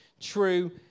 true